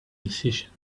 decisions